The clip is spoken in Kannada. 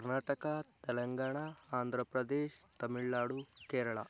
ಕರ್ನಾಟಕ ತೆಲಂಗಾಣ ಆಂಧ್ರ ಪ್ರದೇಶ್ ತಮಿಳುನಾಡು ಕೇರಳ